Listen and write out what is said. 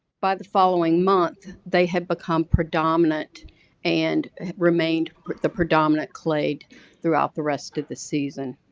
by the following month, they had become predominant and remained the predominant clade throughout the rest of the season.